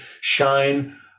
Shine